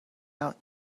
out